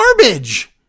garbage